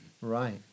Right